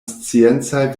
sciencaj